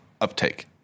uptake